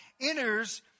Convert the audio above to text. enters